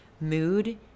mood